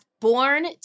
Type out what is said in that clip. Born